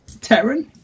Terran